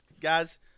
Guys